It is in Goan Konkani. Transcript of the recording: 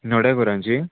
नोड्या घरांची